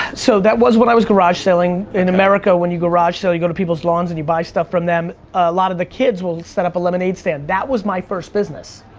so that was when i was garage selling. in america, when you garage sell, you go to people's lawns and you buy stuff from them. a lot of the kids will set up a lemonade stand. that was my first business.